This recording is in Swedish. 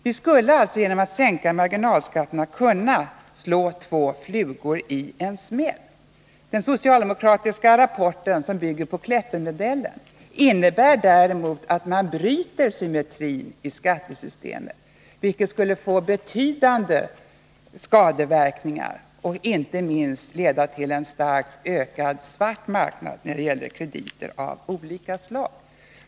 Vi skulle alltså genom att sänka marginalskatterna kunna slå två flugor i en smäll. Förslaget i den socialdemokratiska rapporten, som bygger på Kleppemodellen, innebär däremot att man bryter symmetrin i skattesystemet i fråga om inkomster och utgifter av samma slag, vilket skulle få betydande skadeverkningar och inte minst leda till en starkt ökad svart marknad när det gäller räntor av olika slag.